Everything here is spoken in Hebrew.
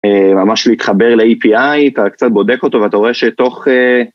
ממש להתחבר ל-API, אתה קצת בודק אותו ואתה רואה שתוך...